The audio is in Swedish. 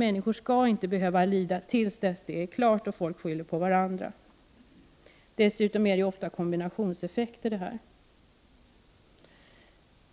Människor skall inte behöva lida under tiden som inblandade parter skyller på varandra och till dess att det är klart vem som bär ansvaret. Dessutom är det ofta fråga om kombinationseffekter.